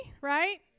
right